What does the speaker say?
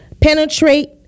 Penetrate